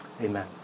Amen